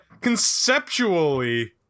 conceptually